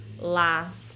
last